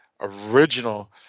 original